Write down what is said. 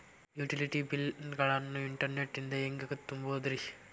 Utility bill ಗಳನ್ನ internet ನಿಂದ ಹೆಂಗ್ ತುಂಬೋದುರಿ?